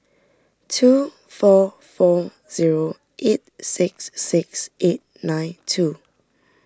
two four four zero eight six six eight nine two